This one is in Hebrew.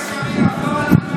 לחזור על המילים?